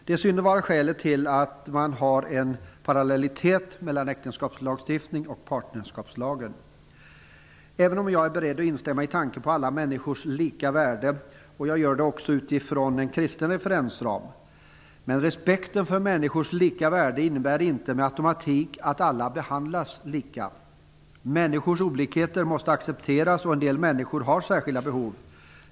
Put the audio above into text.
Detta synes vara skälet till att man har en parallellitet mellan äktenskapslagstiftningen och parnerskapslagen. Även jag är beredd att instämma i talet om alla människors lika värde, och jag gör det med en kristen referensram. Men respekten för människors lika värde innebär inte med automatik att alla behandlas lika. Människors olikheter måste accepteras, och en del människor har särskilda behov.